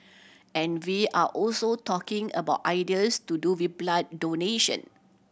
and we are also talking about ideas to do with blood donation